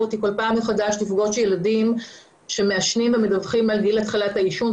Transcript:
אותי כל פעם מחדש לפגוש ילדים שמעשנים ומדווחים על גיל התחלת העישון.